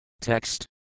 Text